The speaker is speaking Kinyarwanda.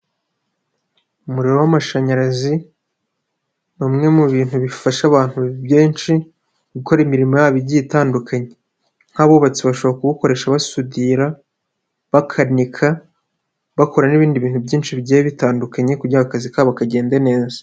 Umuriro w'amashanyarazi ni umwe mu bintu bifasha abantu byinshi, gukora imirimo yabo igiye itandukanye, nk'abubatsi bashobora kuwukoresha basudira, bakanika, bakora n'ibindi bintu byinshi bigiye bitandukanye kugira ngo akazi kabo kagende neza.